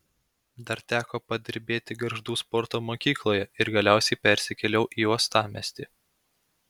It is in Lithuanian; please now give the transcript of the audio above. dar teko padirbėti gargždų sporto mokykloje ir galiausiai persikėliau į uostamiestį